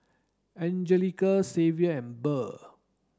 Angelica Xavier and Burr